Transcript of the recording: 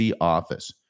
office